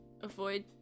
Avoid